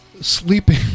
sleeping